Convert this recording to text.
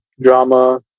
drama